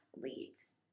leads